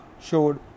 showed